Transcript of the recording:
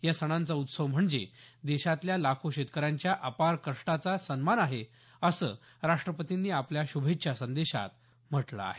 या सणांचा उत्सव म्हणजे देशातल्या लाखो शेतकऱ्यांच्या अपार कष्टाचा सन्मान आहे असं राष्ट्रपतींनी आपल्या शुभेच्छा संदेशात म्हटलं आहे